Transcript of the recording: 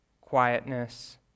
quietness